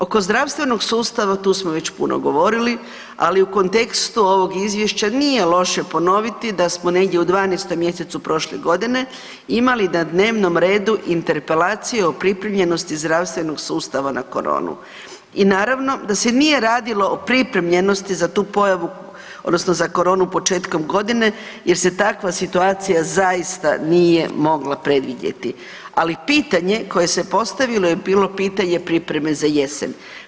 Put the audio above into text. Oko zdravstvenog sustava, tu smo već puno govorili ali u kontekstu ovog izvješća, nije loše ponoviti da smo negdje u 12. mj. prošle godine imali na dnevnom redu interpelacije o pripremljenosti zdravstvenog sustava na koronu i naravno da se nije radilo o pripremljenosti za tu pojavu odnosno za koronu početkom godine jer se takva situacija zaista nije mogla predvidjeti, ali pitanje koje se postavilo je bilo pitanje pripreme za jesen.